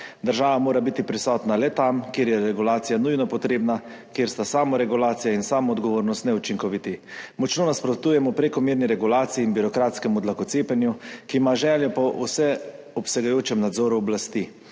Država mora biti prisotna le tam, kjer je regulacija nujno potrebna, kjer sta samoregulacija in samoodgovornost neučinkoviti. Močno nasprotujemo prekomerni regulaciji in birokratskemu dlakocepljenju, ki ima željo po vseobsegajočem nadzoru oblasti.